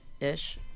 ish